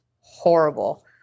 horrible